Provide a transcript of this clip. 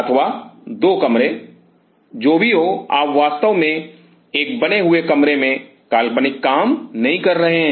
अथवा दो कमरे जो भी हो आप वास्तव में एक बने हुए कमरे में काल्पनिक काम नहीं कर रहे हैं